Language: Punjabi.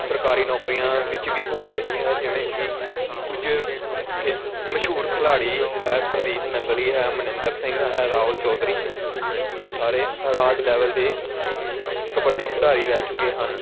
ਸਰਕਾਰੀ ਨੌਕਰੀਆਂ ਵਿੱਚ ਵੀ ਹੋ ਜਾਂਦੀ ਹੈ ਜਿਵੇਂ ਕਿ ਕੁਝ ਫੇ ਮਸ਼ਹੂਰ ਖਿਲਾੜੀ ਹੈ ਸੰਦੀਪ ਨੰਗਲੀ ਹੈ ਮਨਿੰਦਰ ਸਿੰਘ ਹੈ ਰਾਹੁਲ ਚੌਧਰੀ ਹੈ ਇਹ ਸਾਰੇ ਰਾਜ ਲੈਵਲ ਦੇ ਕਬੱਡੀ ਖਿਡਾਰੀ ਰਹਿ ਚੁੱਕੇ ਹਨ